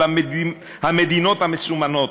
של המדינות המסומנות.